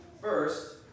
First